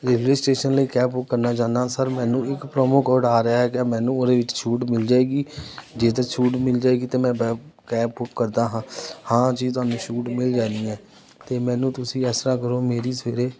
railway station ਲਈ cab book ਕਰਨਾ ਚਾਹੁੰਦਾ ਸਰ ਮੈਨੂੰ ਇੱਕ ਪ੍ਰੋਮੋ ਕੋਡ ਆ ਰਿਹਾ ਕਿਆ ਮੈਨੂੰ ਉਹਦੇ ਵਿੱਚ ਛੂਟ ਮਿਲ ਜਾਵੇਗੀ ਜੇ ਤਾਂ ਛੂਟ ਮਿਲ ਜਾਵੇਗੀ ਤਾਂ ਮੈਂ ਬ ਕੈਬ ਬੁੱਕ ਕਰਦਾ ਹਾਂ ਹਾਂ ਜੀ ਤੁਹਾਨੂੰ ਛੂਟ ਮਿਲ ਜਾਣੀ ਹੈ ਤਾਂ ਮੈਨੂੰ ਤੁਸੀਂ ਇਸ ਤਰ੍ਹਾਂ ਕਰੋ ਮੇਰੀ ਸਵੇਰੇ